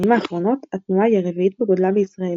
בשנים האחרונות התנועה היא הרביעית בגודלה בישראל.